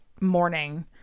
morning